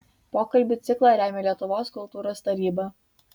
pokalbių ciklą remia lietuvos kultūros taryba